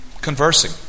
conversing